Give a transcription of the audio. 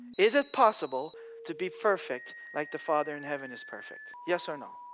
is it possible to be perfect like the father in heaven is perfect? yes or no?